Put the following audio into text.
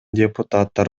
депутаттар